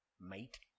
mate